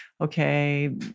okay